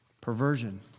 Perversion